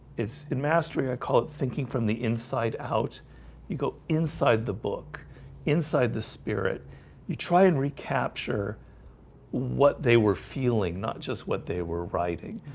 it's in mastering i call it thinking from the inside out you go inside the book inside the spirit you try and recapture what they were feeling not just what they were writing.